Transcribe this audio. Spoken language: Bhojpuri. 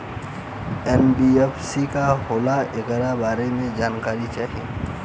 एन.बी.एफ.सी का होला ऐकरा बारे मे जानकारी चाही?